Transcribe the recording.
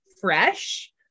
fresh